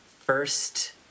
First